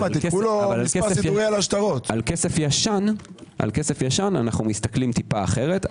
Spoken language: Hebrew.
על כסף ישן אנחנו מסתכלים טיפה אחרת.